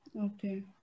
Okay